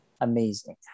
Amazing